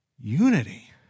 unity